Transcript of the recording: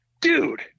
dude